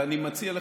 ואני מציע לך,